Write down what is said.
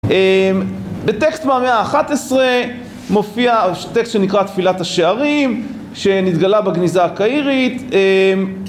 אמ.. בטקסט מהמאה ה11 מופיע טקסט שנקרא תפילת השערים שנתגלה בגניזה הקהירית